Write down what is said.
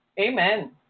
amen